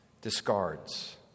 discards